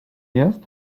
jest